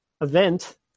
event